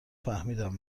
فهمیدم